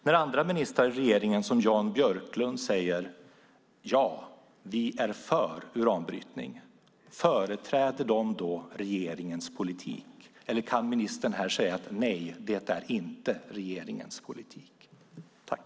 När andra ministrar i regeringen, till exempel Jan Björklund, säger ja till uranbrytning, företräder de då regeringens politik eller kan ministern säga: Nej, det är inte regeringens politik?